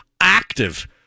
active